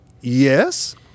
yes